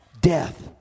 Death